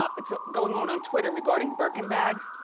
ah it's ah going on on twitter, regarding birkin bags.